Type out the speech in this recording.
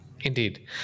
indeed